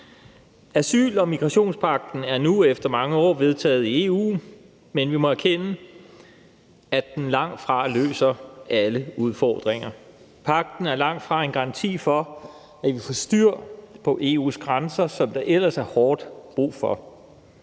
Asyl- og migrationspagten er nu efter mange år vedtaget i EU, men vi må erkende, at den langtfra løser alle udfordringer. Pagten er langtfra en garanti for, at vi får styr på EU's grænser, hvilket der ellers er hårdt brug for.